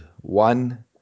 one